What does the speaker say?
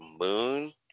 moon